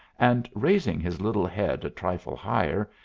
and, raising his little head a trifle higher,